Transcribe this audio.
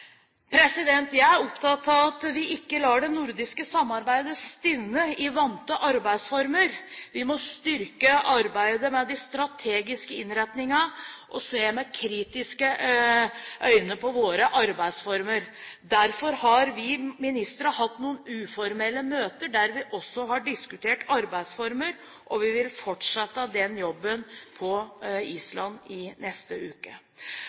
Jeg er opptatt av at vi ikke lar det nordiske samarbeidet stivne i vante arbeidsformer. Vi må styrke arbeidet med de strategiske innretningene og se med kritiske øyne på våre arbeidsformer. Derfor har vi ministre hatt noen uformelle møter der vi også har diskutert arbeidsformer, og vi vil fortsette den jobben på Island i neste uke.